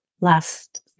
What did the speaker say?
last